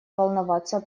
волноваться